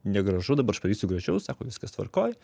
negražu dabar aš padarysiu gražiau sako viskas tvarkoj